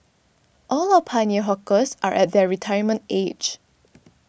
all our pioneer hawkers are at their retirement age